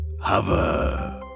Hover